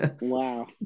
Wow